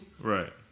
Right